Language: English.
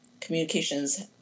Communications